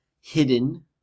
hidden